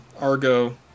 Argo